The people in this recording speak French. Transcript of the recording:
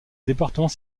département